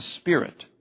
Spirit